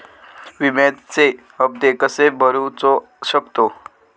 विम्याचे हप्ते कसे भरूचो शकतो?